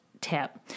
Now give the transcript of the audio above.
tip